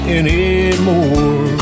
anymore